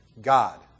God